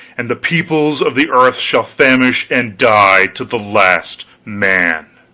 and the peoples of the earth shall famish and die, to the last man!